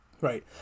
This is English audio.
Right